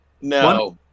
no